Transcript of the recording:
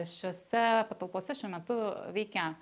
šiose patalpose šiuo metu veikia